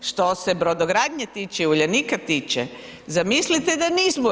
Što se brodogradnje tiče i Uljanika tiče, zamislite da nismo u EU.